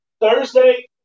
Thursday